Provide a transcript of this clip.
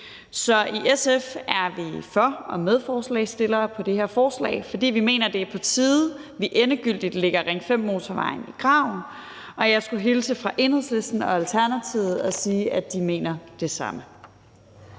Så i SF er vi for, og vi er medforslagsstillere på det her forslag, fordi vi mener, det er på tide, at vi endegyldigt lægger Ring 5-motorvejen i graven. Og jeg skulle hilse fra Enhedslisten og Alternativet og sige, at de mener det samme.